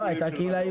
אבל אתה צודק.